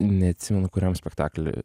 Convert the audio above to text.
neatsimenu kuriam spektakly